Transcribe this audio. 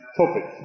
topic